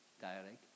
dialect